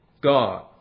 God